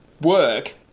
work